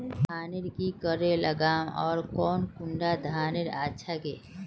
धानेर की करे लगाम ओर कौन कुंडा धानेर अच्छा गे?